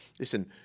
Listen